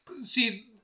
See